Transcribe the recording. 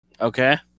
Okay